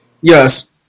yes